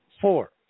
four